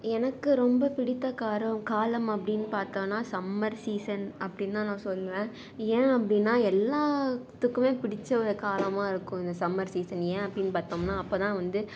எனக்கு ரொம்ப பிடித்த காரம் காலம் அப்படின் பார்த்தோன்னா சம்மர் சீசன் அப்படின்தான் நான் சொல்லுவேன் ஏன் அப்படின்னா எல்லாத்துக்குமே பிடிச்ச ஒரு காலமாக இருக்கும் இது சம்மர் சீசன் ஏன் அப்படின் பார்த்தோம்னா அப்போதான் வந்து